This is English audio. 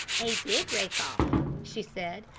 a big rake-off, she said.